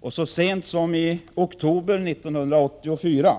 dem så sent som i oktober 1984.